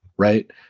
Right